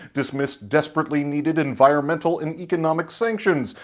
dismiss desperately needed environmental and economic sanctions,